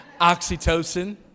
oxytocin